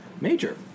major